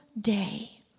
day